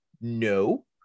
No